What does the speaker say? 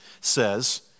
says